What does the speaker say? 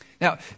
Now